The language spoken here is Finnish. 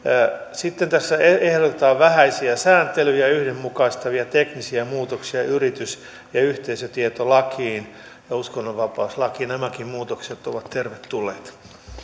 sitten tässä ehdotetaan vähäisiä sääntelyjä yhdenmukaistavia teknisiä muutoksia yritys ja yhteisötietolakiin ja uskonnonvapauslakiin nämäkin muutokset ovat tervetulleita